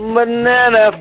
Banana